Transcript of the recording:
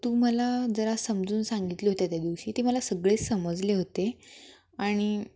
तू मला जरा समजून सांगितली होत्या त्या दिवशी ते मला सगळेच समजले होते आणि